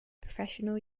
professional